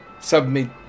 Submit